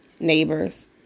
neighbors